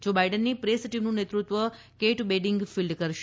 જો બાઇડનની પ્રેસ ટીમનું નેતૃત્વ કેટ બેડિંગફીલ્ડ કરશે